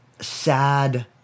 sad